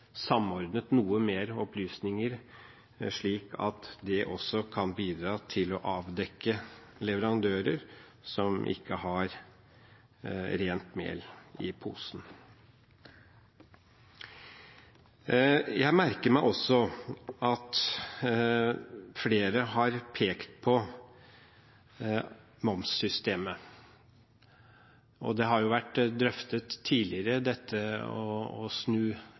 noe mer, slik at også det kan bidra til å avdekke leverandører som ikke har rent mel i posen. Jeg merker meg at flere har pekt på momssystemet. Det å snu om på momssystemet for å forhindre svart arbeid har vært drøftet tidligere.